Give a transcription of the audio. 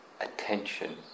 attention